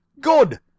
good